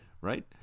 right